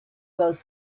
both